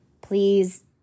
please